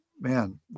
man